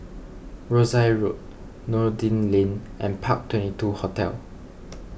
Rosyth Road Noordin Lane and Park Twenty two Hotel